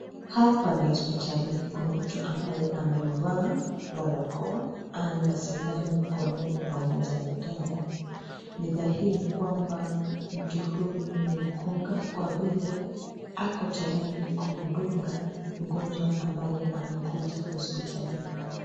Hapa ni hosiptalini, kuna mtu ambaye amevaa barakoa, ana sindano mkononi pamoja na dawa. Ni dhahiri kwamba mtu huyu ni mkunga kwa vile ako tayari kumdunga mgonjwa ambaye amekuja hosiptalini.